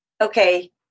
okay